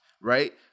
right